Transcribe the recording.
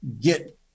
get